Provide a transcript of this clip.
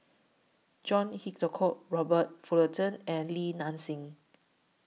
John Hitchcock Robert Fullerton and Li Nanxing